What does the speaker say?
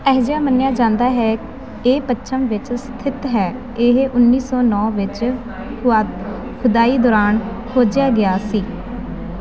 ਅਜਿਹਾ ਮੰਨਿਆ ਜਾਂਦਾ ਹੈ ਇਹ ਪੱਛਮ ਵਿੱਚ ਸਥਿਤ ਹੈ ਇਹ ਉੱਨੀ ਸੌ ਨੌਂ ਵਿੱਚ ਖੁਦਾਈ ਦੌਰਾਨ ਖੋਜਿਆ ਗਿਆ ਸੀ